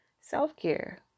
self-care